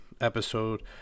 episode